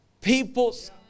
people's